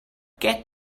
get